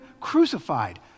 crucified